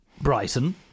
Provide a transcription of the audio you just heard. Brighton